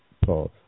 pause